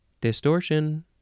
distortion